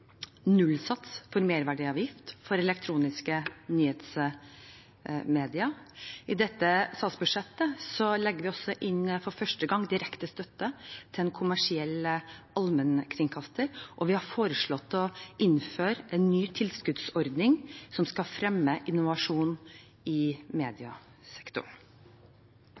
nullsats for merverdiavgift for elektroniske nyhetsmedier. I dette statsbudsjettet legger vi også for første gang inn direkte støtte til en kommersiell allmennkringkaster, og vi har foreslått å innføre en ny tilskuddsordning som skal fremme innovasjon i mediesektoren.